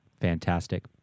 fantastic